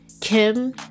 Kim